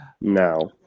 No